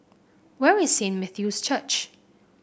where is Saint Matthew's Church